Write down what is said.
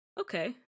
okay